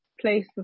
place